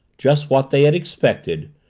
just what they had expected,